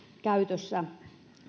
käytössä